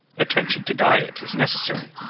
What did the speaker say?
attention to diet is necessary.